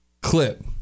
clip